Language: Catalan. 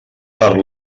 per